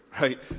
right